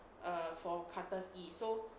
err for karthus E so